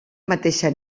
mateixa